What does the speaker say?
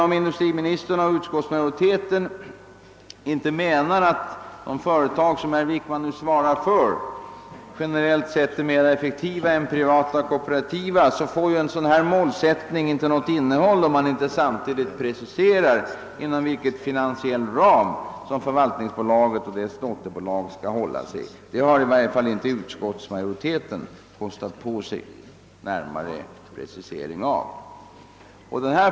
Om industriministern och utskottsmajoriteten inte menar att de företag, som herr Wickman nu svarar för, skulle generellt sett vara mer effektiva än privata och kooperativa, får en sådan målsättning inte något innehåll, om man inte samtidigt preciserar, inom vilken finansiell ram som förvaltningsbolaget och dess dotterbolag skall hålla sig. I varje fall utskottsmajoriteten har inte kostat på sig en närmare precisering av detta.